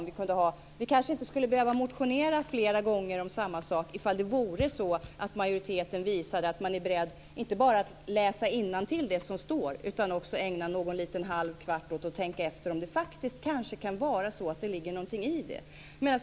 Vi kanske inte skulle behöva väcka motioner flera gånger om samma sak om majoriteten visade att man är beredd att inte bara läsa innantill utan även att ägna någon liten halv kvart åt att tänka efter om det ligger någonting i förslagen.